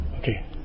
okay